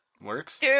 works